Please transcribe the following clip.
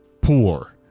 poor